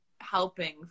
helping